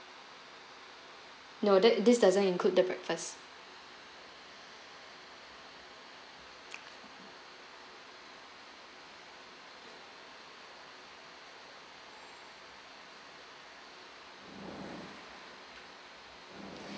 no that this doesn't include the breakfast